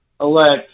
elect